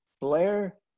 Blair